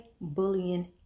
bullying